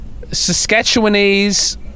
Saskatchewanese